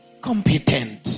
competent